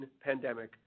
pandemic